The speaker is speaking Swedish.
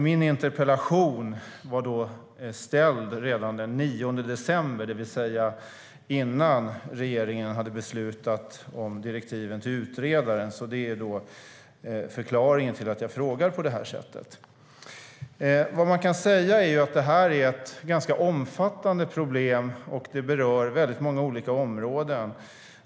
Min interpellation ställdes redan den 9 december, det vill säga innan regeringen hade beslutat om direktiven till utredaren. Det är förklaringen till att jag frågar på det här sättet. Vad man kan säga är att det här är ett ganska omfattande problem som berör många olika områden.